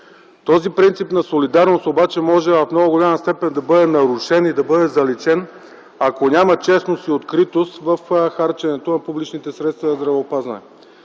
Този принцип на солидарност обаче може в много голяма степен да бъде нарушен и да бъде заличен, ако няма честност и откритост в харченето на публичните средства за здравеопазване.